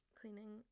cleaning